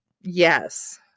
Yes